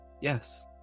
yes